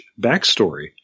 backstory